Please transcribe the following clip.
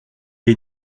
est